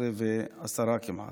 23:10 כמעט.